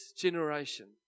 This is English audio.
generation